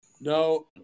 No